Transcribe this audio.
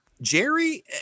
Jerry